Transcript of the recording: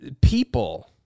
People